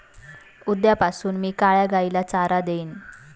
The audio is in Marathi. उद्यापासून मी काळ्या गाईला चारा देईन